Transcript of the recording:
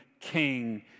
king